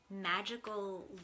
magical